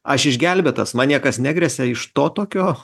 aš išgelbėtas man niekas negresia iš to tokio